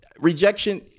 rejection